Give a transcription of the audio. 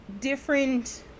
different